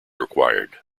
required